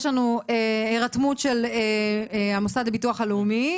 יש לנו הירתמות של המוסד לביטוח לאומי,